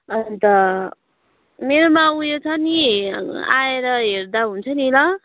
अन्त मेरोमा उयो छ नि आएर हेर्दा हुन्छ नि ल